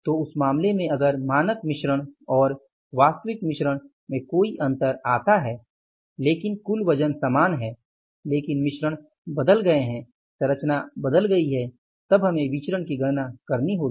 तो उस मामले में अगर मानक मिश्रण और वास्तविक मिश्रण में कोई अंतर आता है लेकिन कुल वजन समान है लेकिन मिश्रण बदल गए हैं संरचना बदल गई है तब हमें विचरण की गणना करनी होगी